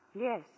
Yes